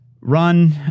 run